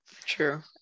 true